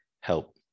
help